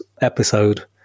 episode